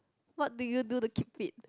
what do you do to keep fit